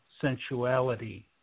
sensuality